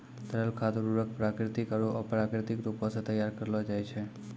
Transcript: तरल खाद उर्वरक प्राकृतिक आरु अप्राकृतिक रूपो सें तैयार करलो जाय छै